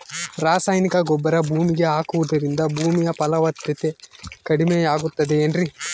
ರಾಸಾಯನಿಕ ಗೊಬ್ಬರ ಭೂಮಿಗೆ ಹಾಕುವುದರಿಂದ ಭೂಮಿಯ ಫಲವತ್ತತೆ ಕಡಿಮೆಯಾಗುತ್ತದೆ ಏನ್ರಿ?